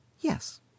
Yes